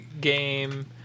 game